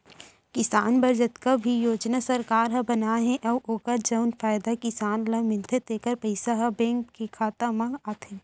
किसान बर जतका भी योजना सरकार ह बनाए हे अउ ओकर जउन फायदा किसान ल मिलथे तेकर पइसा ह बेंक के खाता म आथे